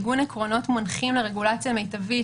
עיגון עקרונות מנחים לרגולציה מיטבית,